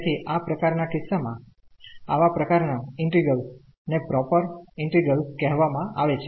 તેથી આ પ્રકાર ના કિસ્સા માં આવા પ્રકાર ના ઇન્ટિગ્રેલ્સ ને પ્રોપર ઇન્ટિગ્રેલ્સ કહેવામા આવે છે